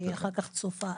אני אחר כך צופה,